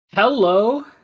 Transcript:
Hello